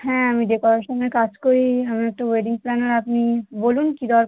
হ্যাঁ আমি ডেকরেশানের কাজ করি আমি তো ওয়েডিং প্ল্যানার বলুন কী দরকার